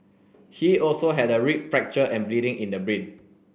he also had a rib fracture and bleeding in the brain